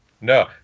No